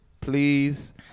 please